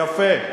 יפה.